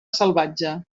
salvatge